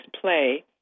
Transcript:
play